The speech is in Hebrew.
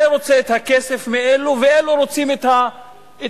זה רוצה את הכסף מאלו, ואלו רוצים את הפה